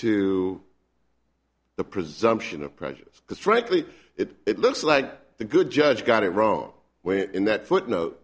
to the presumption of prejudice because frankly it looks like the good judge got it wrong when in that footnote